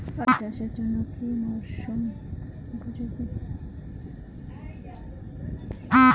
আলু চাষের জন্য কি মরসুম উপযোগী?